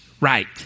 right